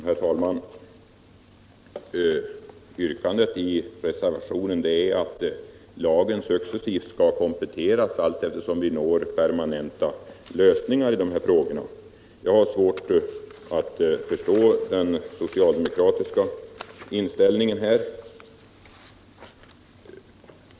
Herr talman! Yrkandet i reservationen 1 innebär att lagen successivt skall kompletteras allteftersom vi når permanenta lösningar i dessa frågor. Jag har svårt att förstå den socialdemokratiska inställningen.